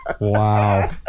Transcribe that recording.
Wow